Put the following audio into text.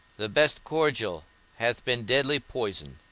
the best cordial hath been deadly poison.